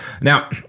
Now